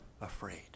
afraid